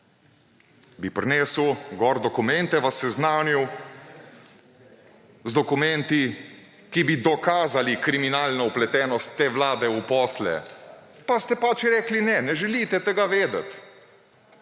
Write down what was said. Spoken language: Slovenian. bi prinesel gor dokumente, vas seznanil z dokumenti, ki bi dokazali kriminalno vpletenost te vlade v posle, pa ste pač rekli ne, ne želite tega vedeti.